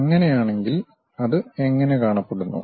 അങ്ങനെയാണെങ്കിൽ അത് എങ്ങനെ കാണപ്പെടുന്നു